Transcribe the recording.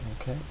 Okay